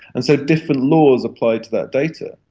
and so different laws apply to that data.